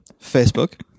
Facebook